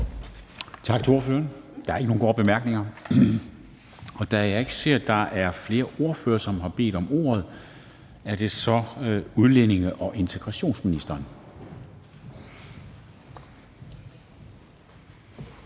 Tak til ordføreren. Der er ikke nogen korte bemærkninger. Og da jeg ikke ser flere ordførere, der har bedt om ordet, er det så udlændinge- og integrationsministeren.